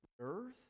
earth